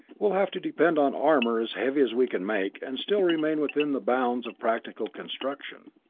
we'll have to depend on armor as heavy as we can make and still remain within the bounds of practical construction.